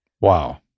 Wow